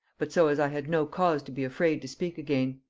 but so as i had no cause to be afraid to speak again.